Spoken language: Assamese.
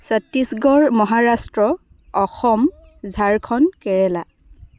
ছত্তিশগড় মহাৰাষ্ট্ৰ অসম ঝাৰখণ্ড কেৰেলা